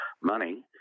money